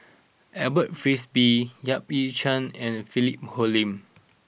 Alfred Frisby Yap Ee Chian and Philip Hoalim